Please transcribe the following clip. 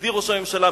ידידי ראש הממשלה,